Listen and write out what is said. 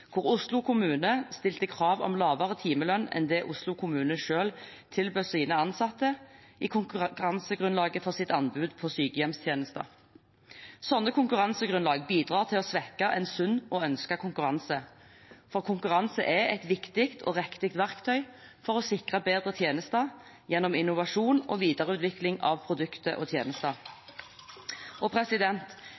hvor Oslo kommune stilte krav om lavere timelønn enn det de selv tilbød sine ansatte, i konkurransegrunnlaget for sitt anbud på sykehjemstjenester. Slike konkurransegrunnlag bidrar til å svekke en sunn og ønsket konkurranse – for konkurranse er et viktig og riktig verktøy for å sikre bedre tjenester, gjennom innovasjon og videreutvikling av produkter og tjenester.